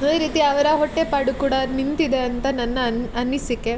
ಅದೇ ರೀತಿ ಅವರ ಹೊಟ್ಟೆಪಾಡು ಕೂಡ ನಿಂತಿದೆ ಅಂತ ನನ್ನ ಅನ್ ಅನಿಸಿಕೆ